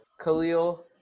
Khalil